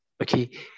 Okay